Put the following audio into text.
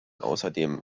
außerdem